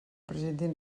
presentin